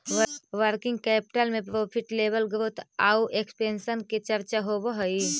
working capital में profit level growth आउ expansion के चर्चा होवऽ हई